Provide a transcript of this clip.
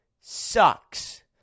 sucks